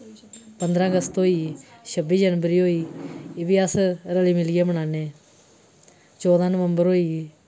पंदरा अगस्त होई गेई छब्बी जनवरी होई गेई एह् बी अस रली मिलियै मनाने चौदां नवंबर होई गेई